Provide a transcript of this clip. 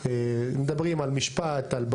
שאין כאן אנשים שבאמת כל כך רוצים לעלות למדינת ישראל.